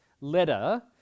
letter